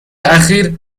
اخیر